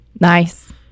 Nice